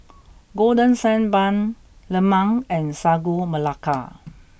Golden Sand Bun Lemang and Sagu Melaka